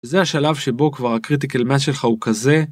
זה השלב שבו כבר הcritical mass שלך הוא כזה